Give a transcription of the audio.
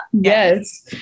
Yes